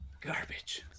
Garbage